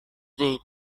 değil